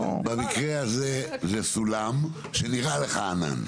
במקרה הזה זה סולם שנראה לך ענן.